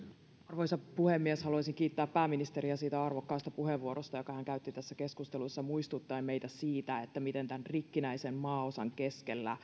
arvoisa puhemies haluaisin kiittää pääministeriä siitä arvokkaasta puheenvuorosta jonka hän käytti tässä keskustelussa muistuttaen meitä siitä miten tämän rikkinäisen maanosan keskellä